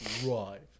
drive